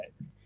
right